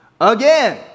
again